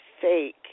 fake